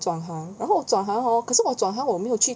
转行然后我转行 hor 可是我转行我没有去